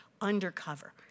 undercover